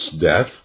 death